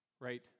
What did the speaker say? Right